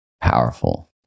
powerful